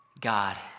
God